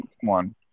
one